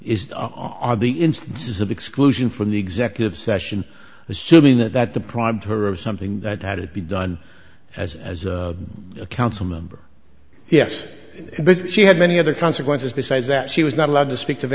the instances of exclusion from the executive session assuming that that the pride to her of something that had to be done as as a council member yes but she had many other consequences besides that she was not allowed to speak